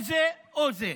או זה או זה.